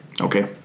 Okay